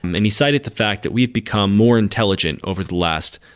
and he cited the fact that we've become more intelligent over the last,